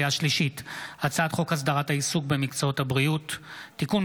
הצעת חוק הסדרת העיסוק במקצועות הבריאות (תיקון,